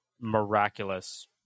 miraculous